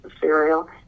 cereal